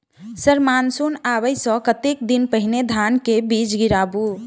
Sir monsoon आबै सऽ कतेक दिन पहिने धान केँ बीज गिराबू?